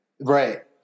Right